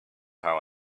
how